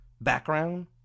background